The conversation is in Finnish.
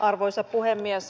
arvoisa puhemies